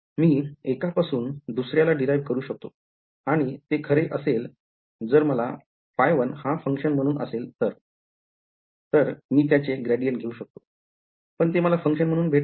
मी एकापासून दुसऱ्याला derive करू शकतो आणि ते खरे असेल जर मला phy वन हा फंक्शन म्हणून असेल तर मी त्याचे gradient घेऊ शकतो पण ते मला फंक्शन म्हणून नाही भेटते